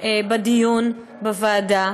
בדיון בוועדה,